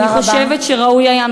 ואני חושבת שראוי היה,